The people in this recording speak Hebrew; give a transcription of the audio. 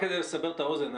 רק כדי לסבר את האוזן.